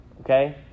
Okay